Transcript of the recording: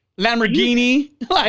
Lamborghini